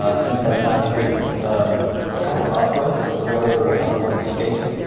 ah since that time, he's written a couple of operas a libretto for an opera called escape,